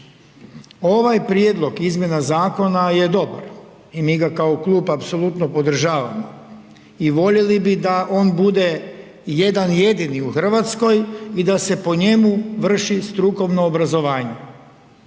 Ovaj prijedlog izmjena zakona je dobar i mi ga kao klub apsolutno podržavamo i voljeli bi da on bude jedan jedini u Hrvatskoj i da se po njemu vrši strukovno obrazovanje